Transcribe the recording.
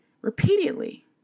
repeatedly